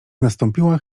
nastąpiła